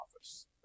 office